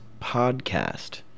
podcast